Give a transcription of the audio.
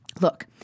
Look